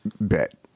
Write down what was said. Bet